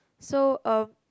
so um